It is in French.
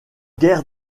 guère